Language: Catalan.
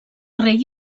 rei